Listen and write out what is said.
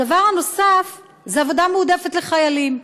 הדבר הנוסף הוא עבודה מועדפת לחיילים.